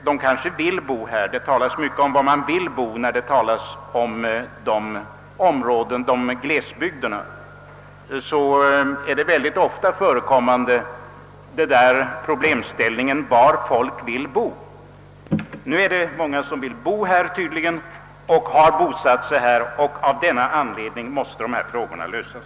De kanske vill bo här. När glesbygderna diskuteras, talas det ofta om var folk vill bo. Nu är det tydligen många som vill bo i storstockholmsregionen och som har bosatt sig här, och av denna anledning måste dessa frågor lösas.